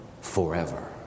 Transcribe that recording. forever